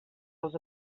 els